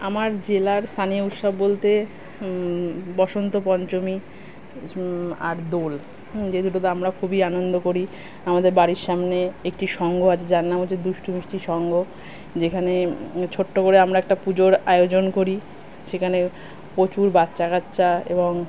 আমার জেলার স্থানীয় উৎসব বলতে বসন্ত পঞ্চমী আর দোল হুম যে দুটোতে আমরা খুবই আনন্দ করি আমাদের বাড়ির সামনে একটি সঙ্ঘ আছে যার নাম হচ্ছে দুষ্টু মিষ্টি সঙ্ঘ যেখানে ছোট্ট করে আমরা একটা পুজোর আয়োজন করি সেখানে প্রচুর বাচ্চা কাচ্চা এবং